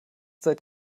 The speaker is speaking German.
seit